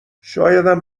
شایدم